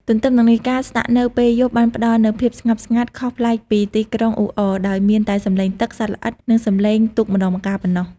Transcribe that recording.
ទទ្ទឹមនឹងនេះ ការស្នាក់នៅពេលយប់បានផ្ដល់នូវភាពស្ងប់ស្ងាត់ខុសប្លែកពីទីក្រុងអ៊ូអរ ដោយមានតែសំឡេងទឹក សត្វល្អិត និងសំឡេងទូកម្ដងម្កាលប៉ុណ្ណោះ។